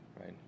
right